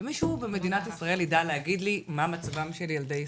ומישהו במדינת ישראל יידע להגיד לי מה מצבם של ילדי ישראל.